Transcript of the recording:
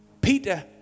Peter